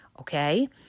okay